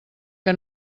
que